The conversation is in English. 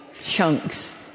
chunks